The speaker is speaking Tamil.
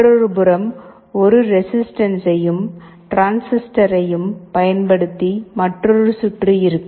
மற்றொரு புறம் ஒரு ரெசிஸ்டன்ன்சையும் டிரான்சிஸ்டரையும் பயன்படுத்தி மற்றொரு சுற்று இருக்கும்